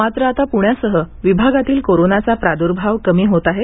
मात्र आता पुण्यासह विभागातील कोरोनाचा प्रादुर्भाव कमी होत आहे